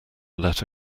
let